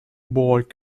boat